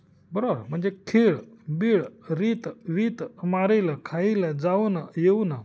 बरोबर म्हणजे खीळ बीळ रीत वीत मारीलं खाईलं जाऊनं येऊनं